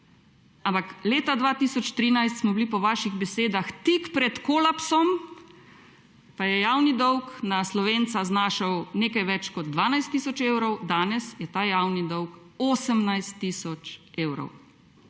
ampak leta 2013 smo bili po vaših besedah tik pred kolapsom, pa je javni dolg na Slovenca znašal nekaj več kot 12 tisoč evrov, danes je ta javni dolg 18 tisoč evrov,